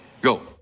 go